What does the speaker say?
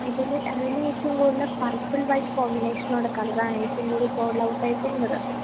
അതില് അതിന് ഏറ്റവും കൂടുതല് പർപ്പിൾ വൈറ്റ് കോമ്പിനേഷനോടെയുള്ള കളറാണ് ഏറ്റവും കൂടുതൽ സോൾഡ് ഔട്ടായി പോകുന്നത്